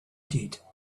did